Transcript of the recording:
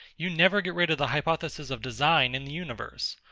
you never get rid of the hypothesis of design in the universe,